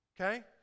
Okay